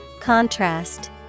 Contrast